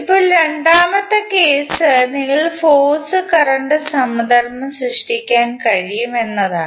ഇപ്പോൾ രണ്ടാമത്തെ കേസ് നിങ്ങൾക്ക് ഫോഴ്സ് കറണ്ട് സമധർമ്മം സൃഷ്ടിക്കാൻ കഴിയും എന്നതാണ്